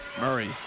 Murray